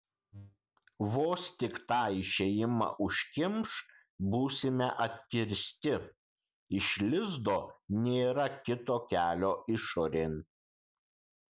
vos tik tą išėjimą užkimš būsime atkirsti iš lizdo nėra kito kelio išorėn